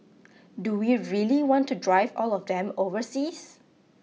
do we really want to drive all of them overseas